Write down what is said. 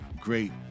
great